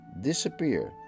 disappear